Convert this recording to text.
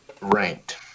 ranked